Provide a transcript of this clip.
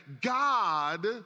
God